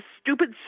stupid